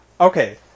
Okay